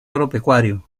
agropecuario